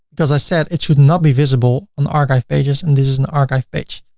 because i said it should not be visible on the archive pages, and this is an archive page.